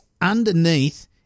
Underneath